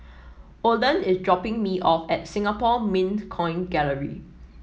Oland is dropping me off at Singapore Mint Coin Gallery